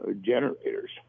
generators